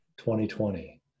2020